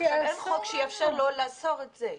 אין חוק שיאפשר לו לאסור את זה.